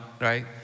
right